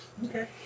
Okay